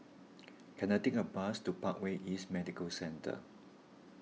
can I take a bus to Parkway East Medical Centre